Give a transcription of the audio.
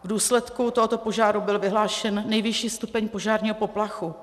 V důsledku tohoto požáru byl vyhlášen nejvyšší stupeň požárního poplachu.